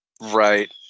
Right